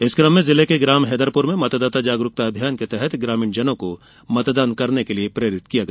इस क्रम में जिले के ग्राम हेदरपुर में मतदाता जागरूकता अभियान के तहत ग्रामीणजनों को मतदान करने के लिए प्रेरित किया गया